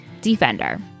defender